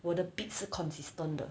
我的 beat 是 consistent 的